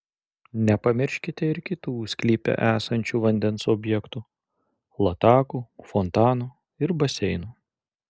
nepamirškite ir kitų sklype esančių vandens objektų latakų fontanų ir baseinų